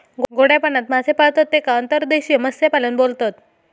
गोड्या पाण्यात मासे पाळतत तेका अंतर्देशीय मत्स्यपालन बोलतत